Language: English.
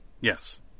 Yes